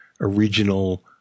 original